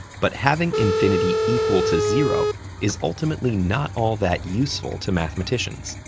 but having infinity equal to zero is ultimately not all that useful to mathematicians,